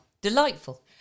delightful